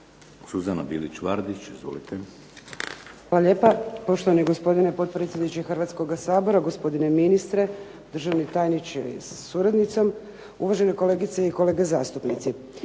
**Bilić Vardić, Suzana (HDZ)** Hvala lijepo. Poštovani gospodine potpredsjedniče Hrvatskoga sabora, gospodine ministre, državni tajniče sa suradnicom, uvažene kolegice i kolege zastupnici.